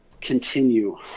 continue